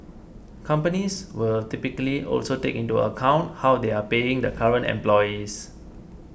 companies will typically also take into account how they are paying the current employees